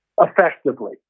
effectively